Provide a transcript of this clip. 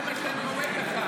זה מה שאני אומר לך.